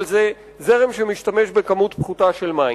אבל זה זרם שמשתמש בכמות פחותה של מים.